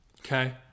Okay